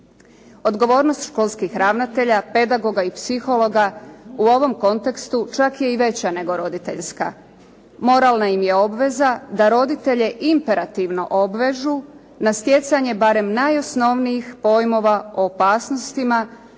Odgovornost školskih ravnatelja, pedagoga i psihologa u ovom kontekstu čak je i veća nego roditeljska. Moralna im je obveza da roditelje imperativno obvežu na stjecanje barem najosnovnijih pojmova o opasnostima